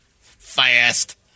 Fast